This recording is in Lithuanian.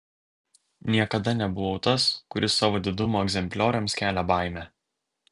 niekada nebuvau tas kuris savo didumo egzemplioriams kelia baimę